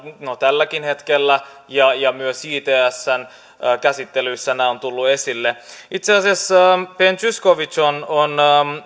no tälläkin hetkellä ja ja myös jtsn käsittelyssä nämä ovat tulleet esille itse asiassa ben zyskowicz on on